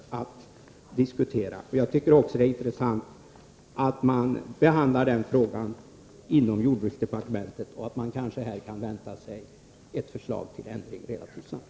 Jag tycker också att det är intressant att man behandlar frågan inom jordbruksdepartementet. Vi kanske kan vänta oss ett förslag till ändring relativt snart.